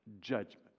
judgment